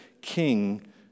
king